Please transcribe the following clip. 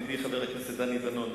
ידידי חבר הכנסת דני דנון,